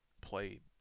played